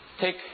take